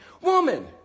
Woman